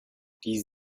die